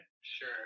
Sure